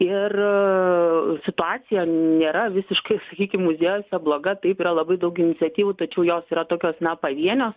ir situacija nėra visiškai sakykim muziejuose bloga taip yra labai daug iniciatyvų tačiau jos yra tokios na pavienės